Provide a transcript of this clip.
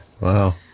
Wow